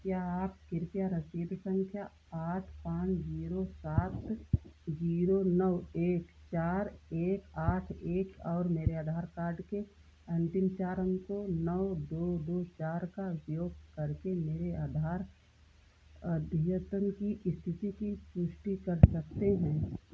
क्या आप कृपया रसीद सँख्या आठ पाँच ज़ीरो सात ज़ीरो नौ एक चार एक आठ एक और मेरे आधार कार्ड के अन्तिम चार अंकों नौ दो दो चार का उपयोग करके मेरे आधार अद्यतन की इस्थिति की पुष्टि कर सकते हैं